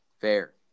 Fair